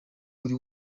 buri